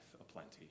aplenty